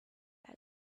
had